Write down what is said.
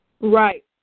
Right